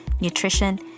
nutrition